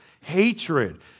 hatred